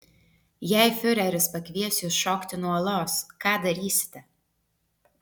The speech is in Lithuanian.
jei fiureris pakvies jus šokti nuo uolos ką darysite